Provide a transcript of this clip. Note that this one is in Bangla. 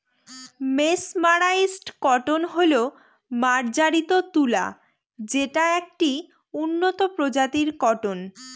মেসমারাইসড কটন হল মার্জারিত তুলা যেটা একটি উন্নত প্রজাতির কটন